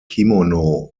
kimono